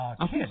kids